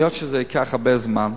היות שזה ייקח הרבה זמן,